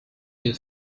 you